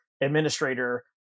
administrator